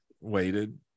waited